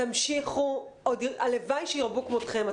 תמשיכו והלוואי שירבו כמותכם.